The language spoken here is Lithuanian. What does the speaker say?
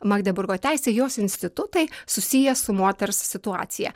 magdeburgo teisė jos institutai susiję su moters situacija